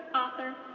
author,